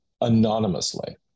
anonymously